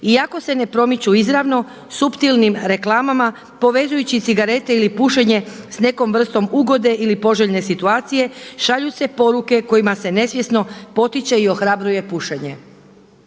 Iako se ne promiču izravno suptilnim reklama povezujući cigarete ili pušenje s nekom vrstom ugode ili poželjne situacije šalju se poruke kojima se nesvjesno potiče i ohrabruje pušenje.